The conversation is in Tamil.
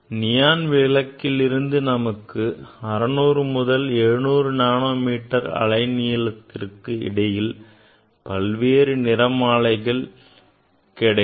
நியான் விளக்கிலிருந்து நமக்கு 600 முதல் 700 நானோமீட்டர் அலைநீளத்திற்கு இடையில் பல்வேறு நிறமாலை வரிகள் கிடைக்கும்